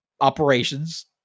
Operations